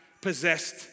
possessed